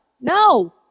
no